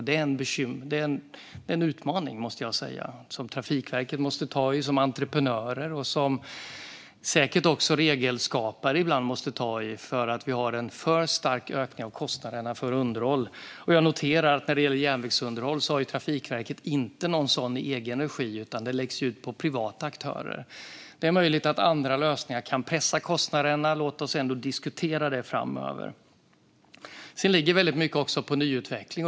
Det är en utmaning som Trafikverket, entreprenörer och regelskapare måste ta. Det är nu en för stark ökning av kostnaderna för underhåll. Jag noterar att Trafikverket inte hanterar järnvägsunderhåll i egen regi, utan det läggs ut på privata aktörer. Det är möjligt att andra lösningar kan pressa kostnaderna, men låt oss ändå diskutera det framöver. Sedan ligger mycket på nyutveckling.